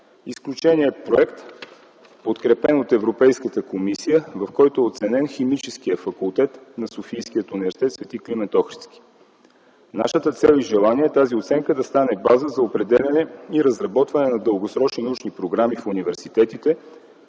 Изключение е проект, подкрепен от Европейската комисия, в който е оценен Химическият факултет на Софийския университет „Св. Климент Охридски”. Нашата цел и желание е тази оценка да стане база за определяне и разработване на дългосрочни научни програми в университетите